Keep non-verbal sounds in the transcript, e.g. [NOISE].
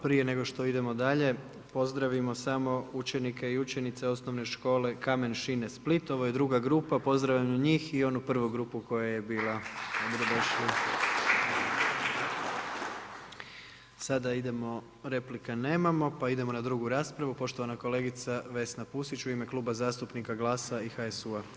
Prije nego što idemo dalje, pozdravimo samo učenike i učenice Osnovne škole Kamen Šine Split, ovo je druga grupa pozdravljamo njih i onu prvu grupu koja je bila, dobrodošli … [APPLAUSE] Sada idemo replike nemamo, pa idemo na drugu raspravu, poštovana kolegica Vesna Pusić, u ime Kluba zastupnika GLAS-a i HSU-a.